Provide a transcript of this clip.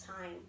time